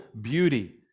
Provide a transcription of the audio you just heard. beauty